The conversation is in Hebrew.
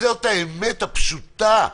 זאת האמת הפשוטה.